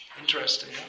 Interesting